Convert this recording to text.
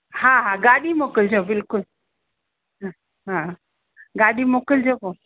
हा हा गाॾी मोकिलिजो बिल्कुलु हा गाॾी मोकिलिजो पोइ